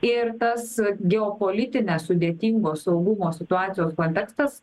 ir tas geopolitinės sudėtingo saugumo situacijos kontekstas